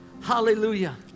Hallelujah